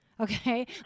Okay